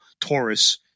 Taurus